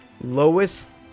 lowest